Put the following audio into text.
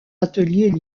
ateliers